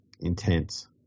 intense